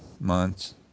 months